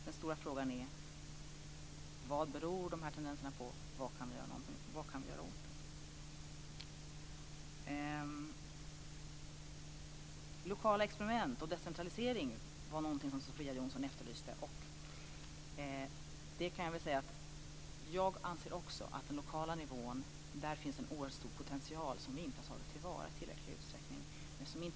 Den stora frågan är: Vad beror dessa tendenser på, och vad kan vi göra åt dem? Lokala experiment och decentralisering var något som Sofia Jonsson efterlyste. Jag anser också att det finns en oerhört stor potential på den lokala nivån som vi inte har tagit till vara i tillräcklig utsträckning.